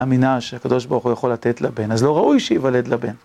אמינה שהקדוש ברוך הוא יכול לתת לה בן, אז לא ראוי שיוולד לה בן.